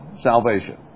salvation